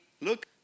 look